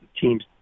team's